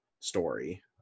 story